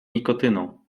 nikotyną